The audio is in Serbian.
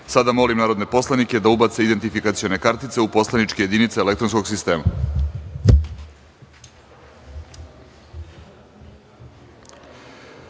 sada molim narodne poslanike da ubace identifikacione kartice u poslaničke jedinice elektronskog